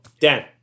Dan